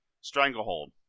Stranglehold